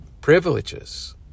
privileges